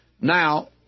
Now